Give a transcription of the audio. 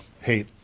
hate